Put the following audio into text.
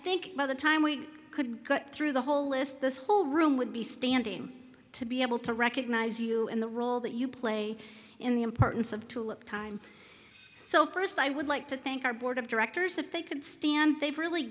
think by the time we could get through the whole list this whole room would be standing to be able to recognize you and the role that you play in the importance of tulip time so first i would like to thank our board of directors that they could stand they've really